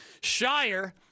Shire